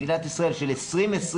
מדינת ישראל של 2020,